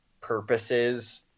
purposes